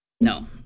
no